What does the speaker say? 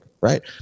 right